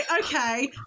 okay